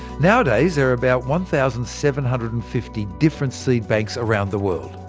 nowadays, there are about one thousand seven hundred and fifty different seed banks around the world.